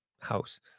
house